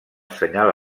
senyal